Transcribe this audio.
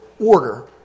order